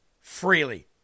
freely